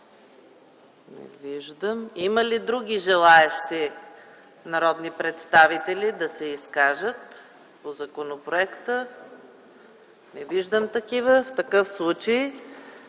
Не виждам. Има ли други желаещи народни представители да се изкажат по законопроекта? Не виждам такива. В такъв случай